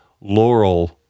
laurel